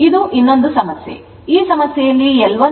ಆದ್ದರಿಂದ ಈಗ ಇದು ಇನ್ನೊಂದು ಸಮಸ್ಯೆ